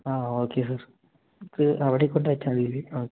ആ okay sir ഇത് അവിടെ കൊണ്ടുവെച്ചാല് മതിയല്ലെ